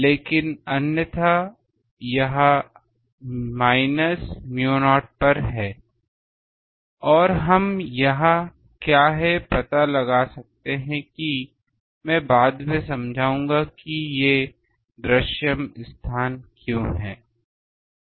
लेकिन अन्यथा यह माइनस u0 पर है और हम यह क्या है पता लगा सकते हैं कि मैं बाद में समझाऊंगा कि ये दृश्यमान स्थान क्यों हैं